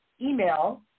email